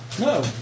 No